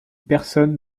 personne